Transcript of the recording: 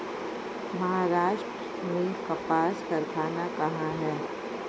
महाराष्ट्र में कपास कारख़ाना कहाँ है?